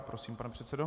Prosím, pane předsedo.